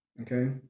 Okay